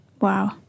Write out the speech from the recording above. Wow